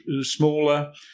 smaller